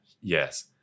yes